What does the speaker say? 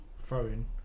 Throwing